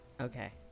Okay